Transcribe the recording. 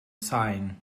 sain